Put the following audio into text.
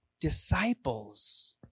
Disciples